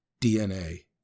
DNA